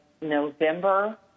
November